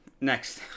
Next